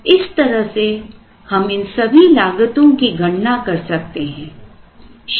इस तरह से हम इन सभी लागतों की गणना कर सकते हैं